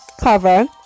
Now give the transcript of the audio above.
cover